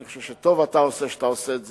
אני חושב שטוב אתה עושה שאתה עושה את זה.